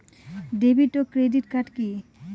David ও credit card কি?